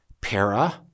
Para